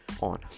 on